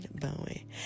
Bowie